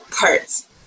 parts